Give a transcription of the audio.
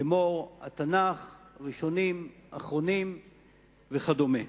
לאמור התנ"ך, ראשונים, אחרונים וכדומה.